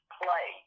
play